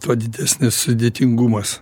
tuo didesnis nesudėtingumas